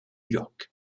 york